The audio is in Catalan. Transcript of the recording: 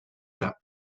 àrab